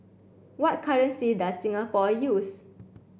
what currency does Singapore use